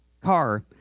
car